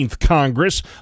Congress